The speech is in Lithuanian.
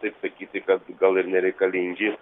taip sakyti kad gal ir nereikalingi